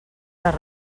les